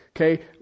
Okay